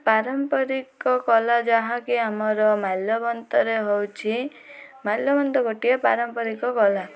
ପାରମ୍ପରିକ କଳା ଯାହାକି ଆମର ମାଲ୍ୟବନ୍ତରେ ହେଉଛି ମାଲ୍ୟବନ୍ତ ଗୋଟିଏ ପାରମ୍ପରିକ କଳା